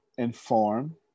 Inform